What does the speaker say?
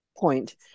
point